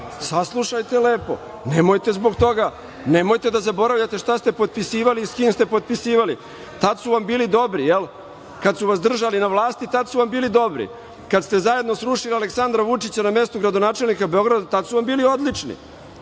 Saslušajte lepo. Nemojte da zaboravljate šta ste potpisivali i sa kim ste potpisivali. Tada su vam bili dobri, jel? Kada su vas držali na vlasti tada su vam bili dobri. Kada ste zajedno srušili Aleksandra Vučića na mestu gradonačelnika Beograda tada su vam bili odlični.